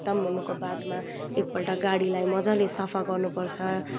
खतम हुनुको बादमा एक पल्ट गाडीलाई मजाले सफा गर्नु पर्छ